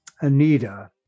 Anita